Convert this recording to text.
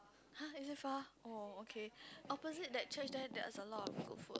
[huh] is it far oh okay opposite that church there there's a lot of good food